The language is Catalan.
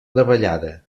davallada